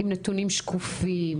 עם נתונים שקופים.